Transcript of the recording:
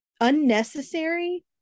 unnecessary